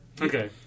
Okay